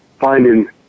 finding